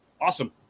Awesome